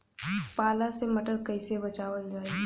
पाला से मटर कईसे बचावल जाई?